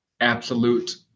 absolute